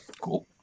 Cool